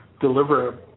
Deliver